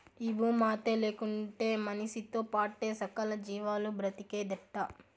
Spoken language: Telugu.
ఈ భూమాతే లేకుంటే మనిసితో పాటే సకల జీవాలు బ్రతికేదెట్టా